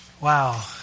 wow